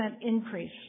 increase